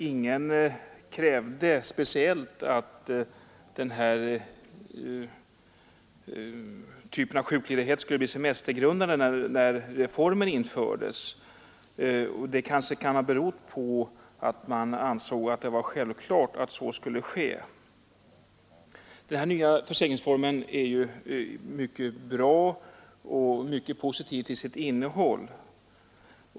Ingen krävde speciellt att den här typen av ledighet skulle bli semestergrundande när reformen infördes, och det kanske kan ha berott på att man ansåg det vara självklart att så skulle ske. Den nya försäkringsformen är mycket bra och mycket positiv till sitt innehåll.